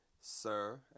sir